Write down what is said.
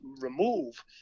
remove